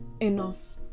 enough